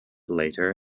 later